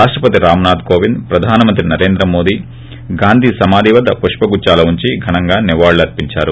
రాష్టపతి రామ్ నాధ్ కోవింద్ ప్రధానమంత్రి నరేంద్ర మోడీ గాంధీ సమాధి వద్ద పుష్పగుచ్చాలు ఉంచి ఘనంగా నివాళులర్సించారు